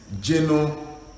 general